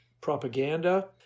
propaganda